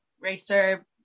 racer